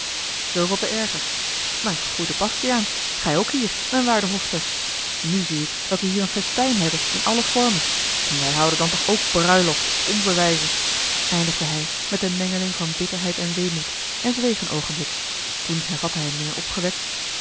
zooveel te erger mijn goede bastiaan gij ook hier mijn waarde hospes nu zie ik dat we hier een festijn hebben in alle forme wij houden dan toch ook bruiloft op onze wijze eindigde hij met eene mengeling van bitterheid en weemoed en zweeg een oogenblik toen hervatte hij meer opgewekt